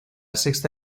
sexta